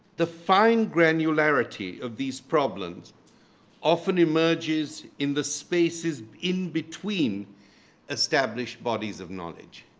the fine granularity of these problems often emerges in the spaces in between established bodies of knowledge.